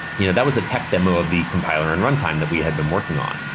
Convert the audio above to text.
you know that was a tech demo of the compiler and runtime that we had been working on.